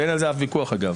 אין על זה אף ויכוח אגב,